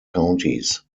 counties